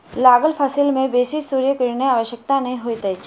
लागल फसिल में बेसी सूर्य किरणक आवश्यकता नै होइत अछि